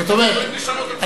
זאת אומרת,